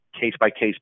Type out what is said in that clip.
case-by-case